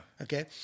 okay